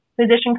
physician